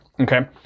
Okay